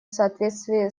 соответствии